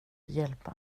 hjälpa